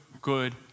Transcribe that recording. good